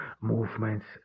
movements